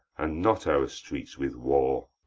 and not our streets with war!